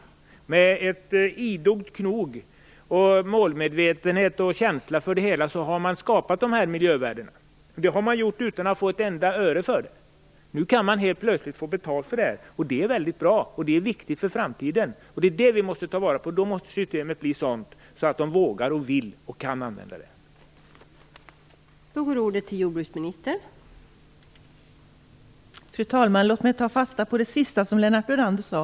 Med ett idogt knog, en målmedvetenhet och känsla för det hela har man skapat dessa miljövärden utan att få ett enda öre för det. Nu kan man helt plötsligt få betalt, och det är väldigt bra och viktigt för framtiden. Det måste vi ta vara på. Då måste systemet bli sådant att bönderna vågar, kan och vill använda sig av det.